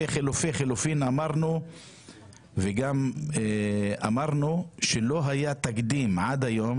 אמרנו גם שלא היה תקדים עד היום,